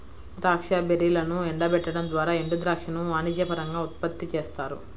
ద్రాక్ష బెర్రీలను ఎండబెట్టడం ద్వారా ఎండుద్రాక్షను వాణిజ్యపరంగా ఉత్పత్తి చేస్తారు